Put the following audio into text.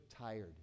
tired